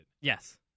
Yes